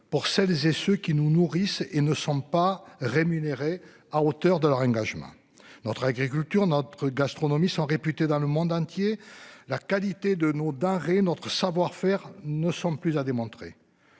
Pour celles et ceux qui nous nourrissent et ne sont pas rémunérés à hauteur de leur engagement. Notre agriculture, notre gastronomie sont réputés dans le monde entier la qualité de nos denrées notre savoir-faire ne sont plus à démontrer.